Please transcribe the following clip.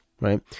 right